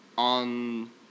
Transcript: On